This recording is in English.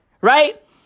Right